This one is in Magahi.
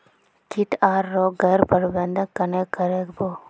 किट आर रोग गैर प्रबंधन कन्हे करे कर बो?